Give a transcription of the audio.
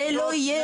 זה לא יהיה.